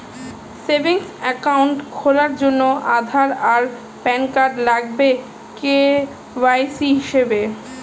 savings account খোলার জন্যে আধার আর প্যান কার্ড লাগবে কে.ওয়াই.সি হিসেবে